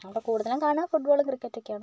കൂടുതലും കാണുക ഫുട് ബോളും ക്രിക്കറ്റും ഒക്കെയാണ്